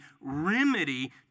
remedy